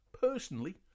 Personally